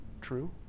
true